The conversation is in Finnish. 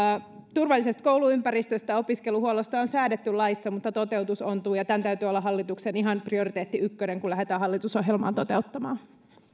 turvallisesta kouluympäristöstä opiskeluhuollosta on säädetty laissa mutta toteutus ontuu ja tämän täytyy olla hallituksen ihan prioriteetti ykkönen kun lähdetään hallitusohjelmaa toteuttamaan